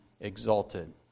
exalted